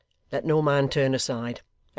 let no man turn aside,